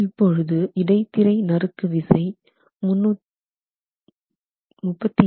இப்பொழுது இடை திரை நறுக்கு விசை 38